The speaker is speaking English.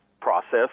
process